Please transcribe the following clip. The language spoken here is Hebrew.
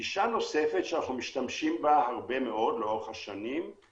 גישה נוספת שאנחנו משתמשים בה הרבה מאוד לאורך השנים היא